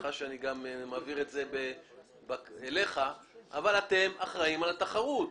סליחה שאני מעביר את זה גם אליך אבל אתם אחראים על התחרות.